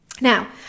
now